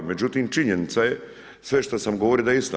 Međutim, činjenica je sve što sam govorio da je istina.